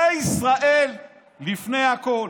זה ישראל לפני הכול.